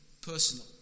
personal